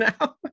now